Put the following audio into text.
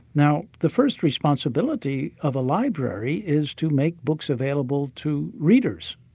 now the first responsibility of a library is to make books available to readers,